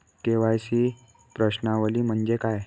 KYC प्रश्नावली म्हणजे काय?